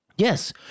Yes